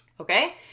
okay